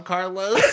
Carlos